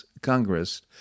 Congress